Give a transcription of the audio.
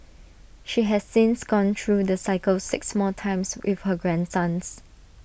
she has since gone through the cycle six more times with her grandsons